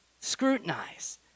scrutinize